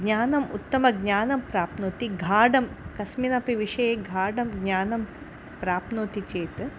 ज्ञानम् उत्तमज्ञानं प्राप्नोति गाढं कस्मिन्नपि विषये गाढं ज्ञानं प्राप्नोति चेत्